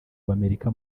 w’amerika